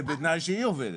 בתנאי שהיא עובדת.